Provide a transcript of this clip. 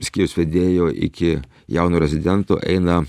skyriaus vedėjo iki jauno rezidento eina